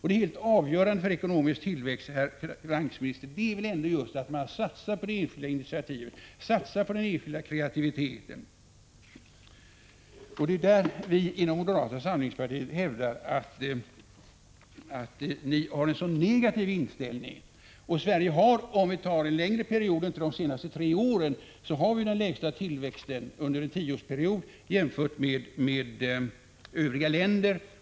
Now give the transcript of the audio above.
Det helt avgörande för ekonomisk tillväxt, herr finansminister, är väl att man satsar på det enskilda initiativet, och på den enskilda kreativiteten. Vi inom moderata samlingspartiet hävdar att ni har en mycket negativ inställning i det avseendet. Sverige har över en längre period — inte bara under de senaste tre åren, utan under de senaste tio åren — haft den lägsta ekonomiska tillväxten jämfört med övriga länder.